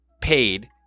paid